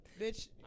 Bitch